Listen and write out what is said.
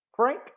Frank